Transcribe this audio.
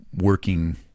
working